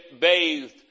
bathed